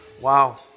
Wow